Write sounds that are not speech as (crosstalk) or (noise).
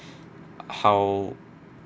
(breath) how